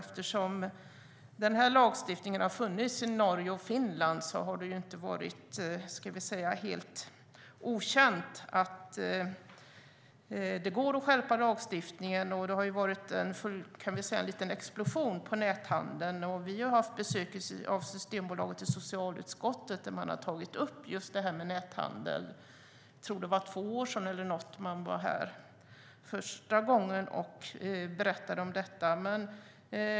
Eftersom den här lagstiftningen har funnits i Norge och Finland har det inte varit helt okänt att det går att skärpa lagstiftningen. Det har skett en liten explosion inom näthandeln. Systembolaget har besökt socialutskottet och tagit upp näthandeln. Jag tror att det var för ungefär två år sedan man var här första gången och berättade om detta.